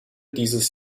dieses